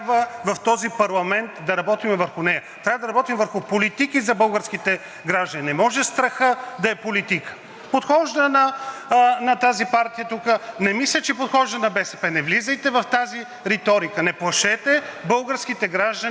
група на ВЪЗРАЖДАНЕ.) Не мисля, че подхожда на БСП, не влизайте в тази риторика – не плашете българските граждани с нещо, което не е истина. Членът, който казах от ООН, казва, че когато помагаш на жертва, не те въвлича в конфликт